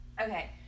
okay